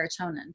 serotonin